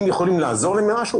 אם יכולים לעזור להם במשהו.